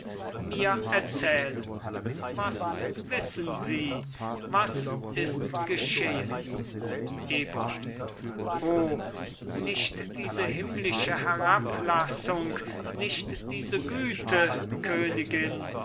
mir erzählen was wissen sie was ist geschehen eboli o nicht diese himmlische herablassung nicht diese güte königin